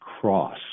cross